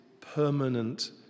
permanent